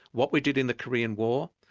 what we did in the korean war,